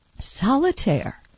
Solitaire